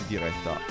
Diretta